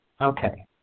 Okay